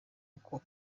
uko